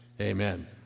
Amen